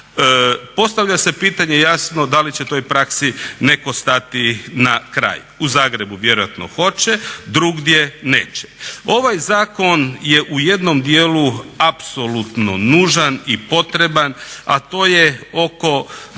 Postavlja se pitanje jasno da li će toj praksi neko stati na kraj? U Zagrebu vjerojatno hoće, drugdje neće. Ovaj zakon je u jednom djelu apsolutno nužan i potreban a to je oko